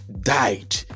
died